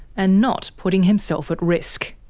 and not putting himself at risk.